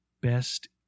best